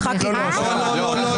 אותך כינינו שקרן.